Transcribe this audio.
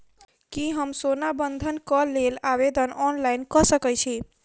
की हम सोना बंधन कऽ लेल आवेदन ऑनलाइन कऽ सकै छी?